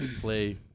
play